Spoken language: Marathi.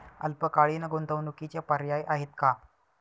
अल्पकालीन गुंतवणूकीचे पर्याय आहेत का?